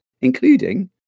including